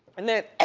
and then, ah